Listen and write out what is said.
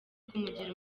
kumugira